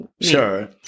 Sure